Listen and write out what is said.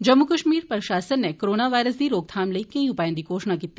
जम्मू कश्मीर प्रशासन नै corona virus दी रोकथाम लेई केंई उपाएं दी घोषणा कीती